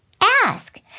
ask